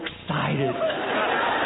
excited